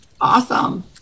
Awesome